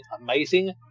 amazing